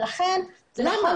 ולכן --- למה?